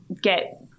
get